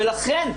ולכן,